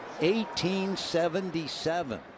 1877